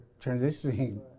transitioning